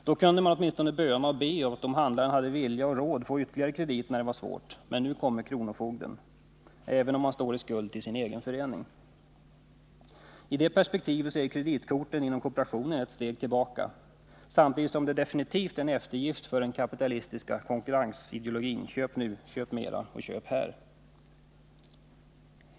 Då kunde man åtminstone böna och be att, om handlaren hade vilja och råd, få ytterligare kredit när det var svårt. Men nu kommer kronofogden — även om man står i skuld till sin egen förening. I det perspektivet är kreditkorten inom kooperationen ett steg tillbaka, samtidigt som det definitivt är en eftergift för den kapitalistiska konkurrensideologin: Köp nu — köp mera — köp här!